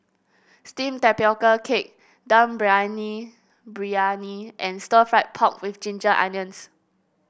steamed Tapioca Cake Dum Briyani briyani and Stir Fried Pork with Ginger Onions